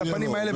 לפנים האלה,